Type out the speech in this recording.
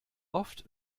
oft